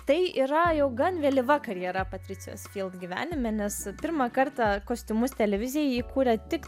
tai yra jau gan vėlyva karjera patricijos gyvenime nes pirmą kartą kostiumus televizijai įkūrė tik